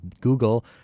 Google